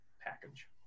package